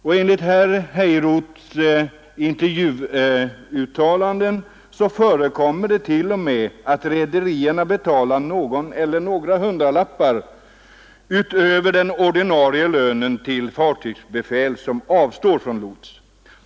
Ja, enligt herr Heiroths intervjuuttalanden förekommer det t.o.m. att rederierna betalar någon eller några hundralappar utöver den ordinarie lönen till fartygsbefäl som avstår från lots.